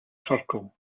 circle